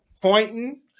pointing